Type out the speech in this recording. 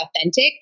authentic